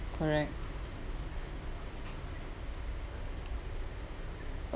correct